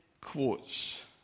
quotes